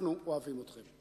אנחנו אוהבים אתכם.